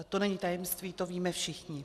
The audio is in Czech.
To není tajemství, to víme všichni.